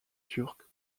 turques